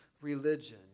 religion